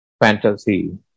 fantasy